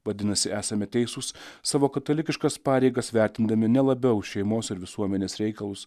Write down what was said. vadinasi esame teisūs savo katalikiškas pareigas vertindami ne labiau šeimos ir visuomenės reikalus